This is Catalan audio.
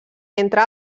entre